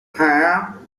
hare